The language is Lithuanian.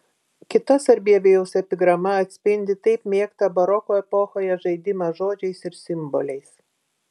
kita sarbievijaus epigrama atspindi taip mėgtą baroko epochoje žaidimą žodžiais ir simboliais